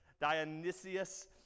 Dionysius